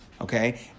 okay